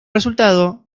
resultado